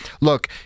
Look